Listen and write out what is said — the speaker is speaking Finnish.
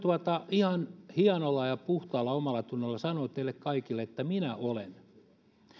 ihan hienolla ja puhtaalla omallatunnolla sanoa teille kaikille että minä olen